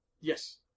Yes